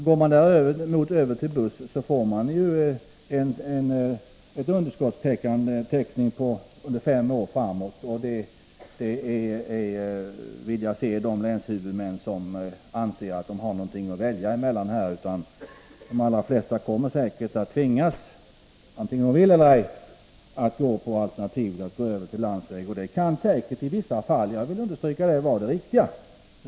Går man däremot över till busstrafik, får man täckning av underskotten under fem år. Jag skulle vilja se de länshuvudmän som menar att de har något att välja mellan här. De allra flesta kommer säkerligen att, antingen de vill det eller ej, få välja alternativet att gå över till landsväg. Det kan säkerligen i vissa fall — jag vill understryka det — vara det riktiga.